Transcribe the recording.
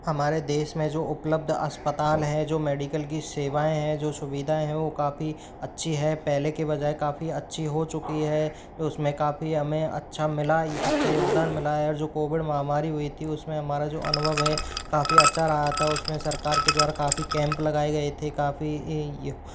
हमारे देश में जो उपलब्ध अस्पताल है जो मेडिकल की सेवाएँ हैं जो सुविधाएँ है वह काफ़ी अच्छी है पहले की बजाय काफ़ी अच्छी हो चुकी है तो उसमें हमें काफ़ी हमें अच्छा मिला अच्छा योगदान मिला है जो कोविड महामारी हुई थी उसमें हमारा जो अनुभव हैं काफ़ी अच्छा रहा था उसमें सरकार के द्वारा काफ़ी कैम्प लगाए गए थे काफ़ी यह यह